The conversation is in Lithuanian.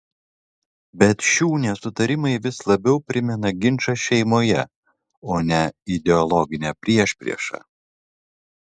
bet šių nesutarimai vis labiau primena ginčą šeimoje o ne ideologinę priešpriešą